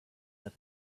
that